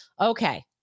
Okay